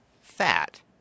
fat